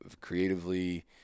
creatively